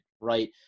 right